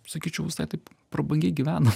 sakyčiau visai taip prabangiai gyvenam